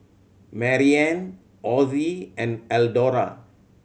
Marianna Osie and Eldora